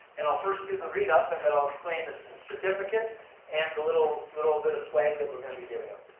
and i'll first do the read up, and then i'll explain the certificate and the little little bit of swag that we're going to be giving him.